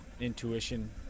intuition